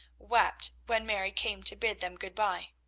wept when mary came to bid them good-bye.